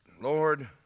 Lord